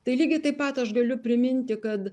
tai lygiai taip pat aš galiu priminti kad